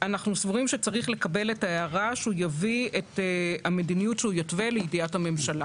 שרת החדשנות, המדע והטכנולוגיה אורית פרקש